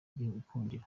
gikundiro